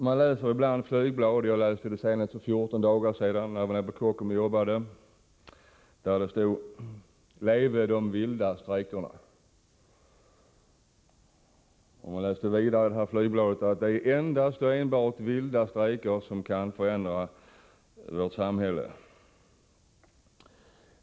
Jag läser ibland flygblad. Senast gjorde jag det för 14 dagar sedan, när jag var på Kockums och jobbade, och där stod: Leve de vilda strejkerna! Vidare stod där: Det är endast och enbart vilda strejker som kan förändra vårt samhälle.